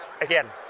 again